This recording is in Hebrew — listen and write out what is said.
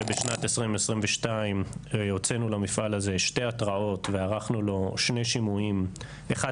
שבשנת 2022 הוצאנו למפעל הזה שתי התראות וערכנו לו שני שימועים: אחד